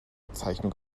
zeichnung